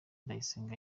ndayisenga